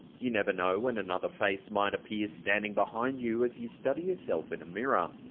you never know when another face might appear standing behind you, as you study yourself in a mirror.